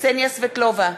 קסניה סבטלובה,